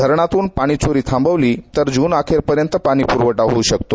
धरणातून पाणी चोरी थांबवली तर जून अखेरपर्यंत पाणी पुरवठा होऊ शकतो